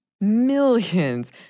millions